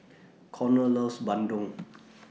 Conner loves Bandung